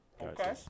okay